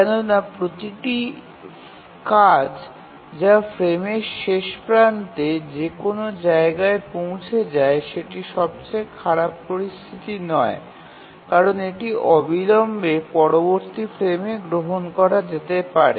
কেননা প্রতিটি কাজ যা ফ্রেমের শেষ প্রান্তে যে কোনও জায়গায় পৌঁছে যায় সেটি সবচেয়ে খারাপ পরিস্থিতি নয় কারণ এটি অবিলম্বে পরবর্তী ফ্রেমে গ্রহণ করা যেতে পারে